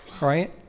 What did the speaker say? right